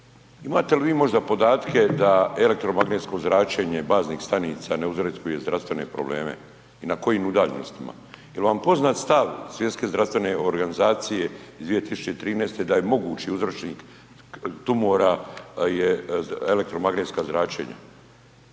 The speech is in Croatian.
imate li vi možda podatke da elektromagnetsko zračenje baznih stanice ne uzrokuje zdravstvene probleme i na kojim udaljenostima? Jel vam poznat stav Svjetske zdravstvene organizacije 2013. da je mogući uzročnik tumora je elektromagnetsko zračenje?